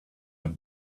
have